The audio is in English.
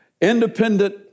independent